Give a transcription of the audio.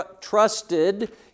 trusted